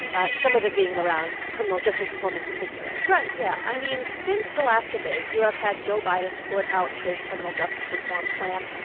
ah some of it being around criminal justice reform, in particular right, yeah. i mean, since the last debate, you have had joe biden put out his criminal justice reform plan.